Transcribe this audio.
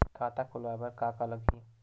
खाता खुलवाय बर का का लगही?